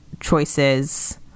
choices